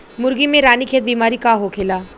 मुर्गी में रानीखेत बिमारी का होखेला?